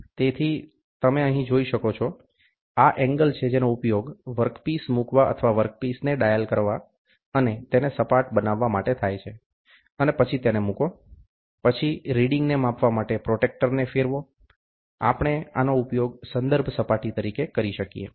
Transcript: તેથી તમે અહીં જોઈ શકો છો આ એંગલ છે જેનો ઉપયોગ વર્ક પીસ મૂકવા અથવા વર્ક પીસને ડાયલ કરવા અને તેને સપાટ બનાવવા માટે થાય છે અને પછી તેને મૂકો પછી રીડિંગને માપવા માટે પ્રોટ્રેક્ટરને ફેરવો આપણે આનો ઉપયોગ સંદર્ભ સપાટી તરીકે કરી શકીએ